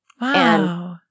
Wow